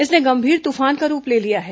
इसने गंभीर तूफान का रूप ले लिया है